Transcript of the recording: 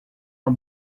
uma